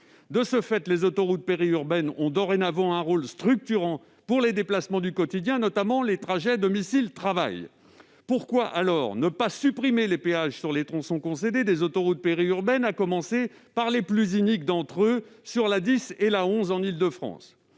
De ce fait, les autoroutes périurbaines ont dorénavant un rôle structurant pour les déplacements du quotidien, notamment les trajets domicile-travail. Pourquoi, alors, ne pas supprimer les péages sur les tronçons concédés des autoroutes périurbaines, à commencer par les plus iniques d'entre eux, sur l'A10 et l'A11, en Île-de-France ?